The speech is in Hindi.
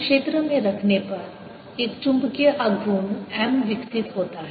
इस क्षेत्र में रखने पर एक चुंबकीय आघूर्ण M विकसित होता है